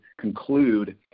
conclude